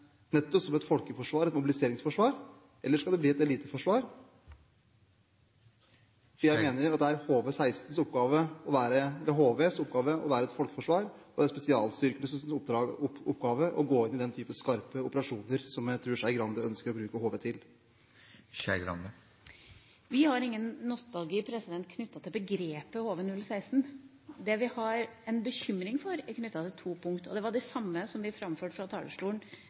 nettopp som et folkeforsvar og et mobiliseringsforsvar, eller skal det bli et eliteforsvar? Jeg mener det er HVs oppgave å være et folkeforsvar, og det er spesialstyrkenes oppgave å gå inn i den type skarpe operasjoner som jeg tror Skei Grande ønsker å bruke HV til. Vi har ingen nostalgi knyttet til begrepet HV-016. Det vi har en bekymring for, er knyttet til to punkter. Det er de samme som vi framførte fra talerstolen